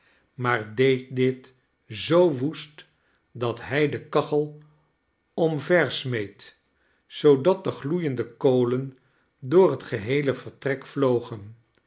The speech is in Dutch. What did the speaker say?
maar deed dit zoo woest dat hij de kachel omversmeet zoodat de gloeiende kolen door het geheele vertrek vlogen